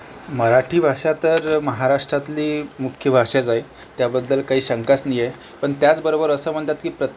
मराठी भाषा तर महाराष्ट्रातली मुख्य भाषाच आहे त्याबद्दल काही शंकाच नाही आहे पण त्याचबरोबर असं म्हणतात की प्रत्येक